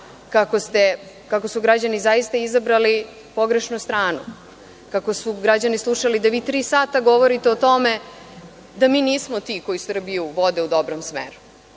kako su građani zaista izabrali pogrešnu stranu, kako su građani slušali da vi tri sata govorite o tome da mi nismo ti koji Srbiju vode u dobrom smeru. Zbog